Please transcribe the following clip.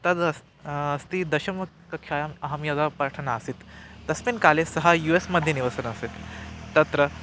तद् अस् अस्ति दशम कक्षायाम् अहं यदा पठनासीत् तस्मिन् काले सः यु एस् मद्ये निवसन् आसीत् तत्र